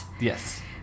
Yes